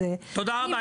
תודה רבה.